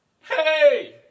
Hey